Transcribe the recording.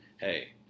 Hey